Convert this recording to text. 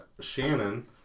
Shannon